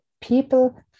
people